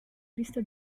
vista